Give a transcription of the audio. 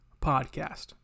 podcast